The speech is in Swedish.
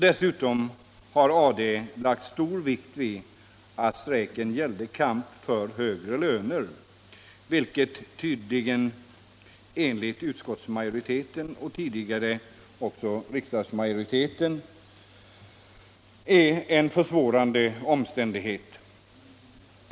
Dessutom har AD lagt stor vikt vid att strejken gällde kamp för högre löner, vilket tydligen enligt utskottsmajoriteten — och den tidigare riksdagsmajoriteten - är en försvårande omständighet.